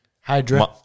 Hydra